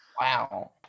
wow